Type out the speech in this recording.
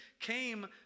came